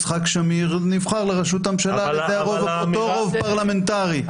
יצחק שמיר נבחר לרשות הממשלה על ידי אותו רוב פרלמנטרי.